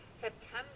September